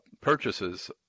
purchases